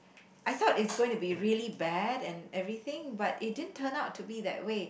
I thought is going to be really bad and everything but it didn't turn out to be that way